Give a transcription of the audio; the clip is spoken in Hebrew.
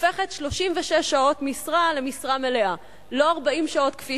הופכת 36 שעות משרה למשרה מלאה, לא 40 שעות כפי